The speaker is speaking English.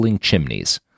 chimneys